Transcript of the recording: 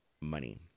money